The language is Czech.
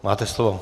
Máte slovo.